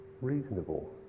reasonable